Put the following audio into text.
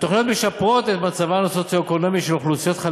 הן משפרות את מצבן הסוציו-אקונומי של קבוצות אוכלוסייה